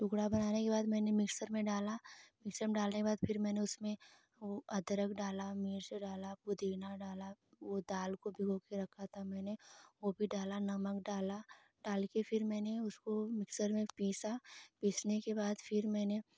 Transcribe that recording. टुकड़ा बनाने के बाद मैने मिक्सर में डाला मिक्सर में डालने के बाद फिर मैने उसमें अदरक डाला मिर्च डाला पुदीना डाला दाल को घोल कर रखा था मैंने वो भी डाला नमक डाला डाल कर फिर मैने उसको मिक्सर में पिसा पिसने के बाद फिर मैंने